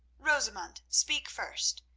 rosamund, speak first.